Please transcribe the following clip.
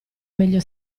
meglio